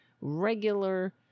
regular